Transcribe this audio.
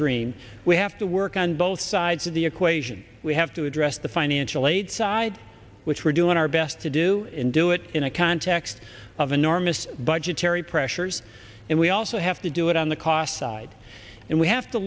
dream we have to work on both sides of the equation we have to address the financial aid side which we're doing our best to do and do it in a context of enormous budgetary pressures and we also have to do it on the cost side and we have to